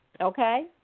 Okay